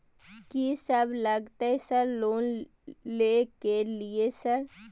कि सब लगतै सर लोन ले के लिए सर?